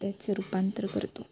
त्याचं रूपांतर करतो